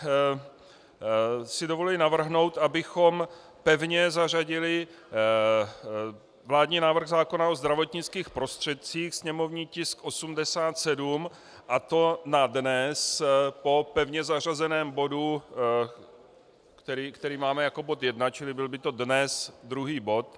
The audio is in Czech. Za prvé si dovoluji navrhnout, abychom pevně zařadili vládní návrh zákona o zdravotnických prostředcích, sněmovní tisk 87, a to na dnes po pevně zařazeném bodu, který máme jako bod jedna, čili byl by to dnes druhý bod.